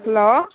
hello